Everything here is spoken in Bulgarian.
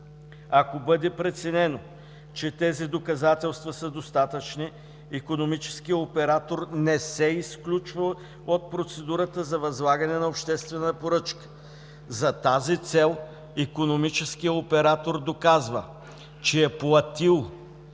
Ако бъде преценено, че тези доказателства са достатъчни, икономическият оператор не се изключва от процедурата за възлагане на обществена поръчка. За тази цел икономическият оператор доказва, че е платил